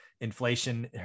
inflation